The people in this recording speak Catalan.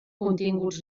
continguts